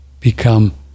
become